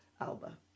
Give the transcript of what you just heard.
Alba